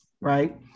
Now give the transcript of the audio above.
right